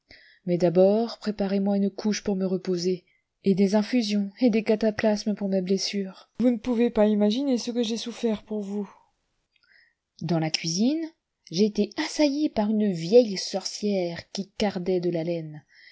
mais d'abord préparez moi une couche pour me reposer et des infusions et des cataplasmes pour mes blessures vous ne pouvez vous imaginer ce que j'ai souffert pour vous dans la cuisine j'ai été assailli par une vieille sorcière qui cardait de la laine